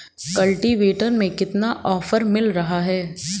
Cultivator में कितना offer मिल रहा है?